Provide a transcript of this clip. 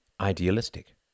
idealistic